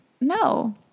no